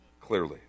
clearly